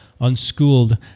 unschooled